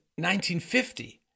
1950